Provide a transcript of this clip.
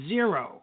Zero